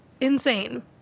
insane